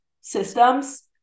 systems